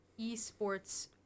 eSports